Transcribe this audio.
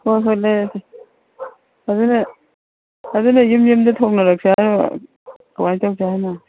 ꯍꯣꯏ ꯍꯣꯏ ꯂꯩꯔꯁꯤ ꯑꯗꯨꯅ ꯑꯗꯨꯅ ꯌꯨꯝ ꯌꯨꯝꯗ ꯊꯣꯡꯍꯜꯂꯛꯁꯤ ꯍꯥꯏꯔꯣ ꯀꯃꯥꯏꯅ ꯇꯧꯁꯤ ꯍꯥꯏꯅꯣ